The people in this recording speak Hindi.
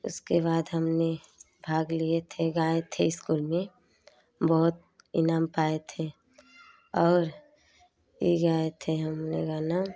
उसके बाद हमने भाग लिए थे गाए थे स्कूल में बहुत इनाम पाए थे और यह गाए थे हमने गाना